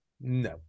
no